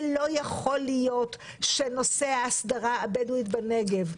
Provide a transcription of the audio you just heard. ולא ייתכן שנושא ההסדרה הבדואית בנגב,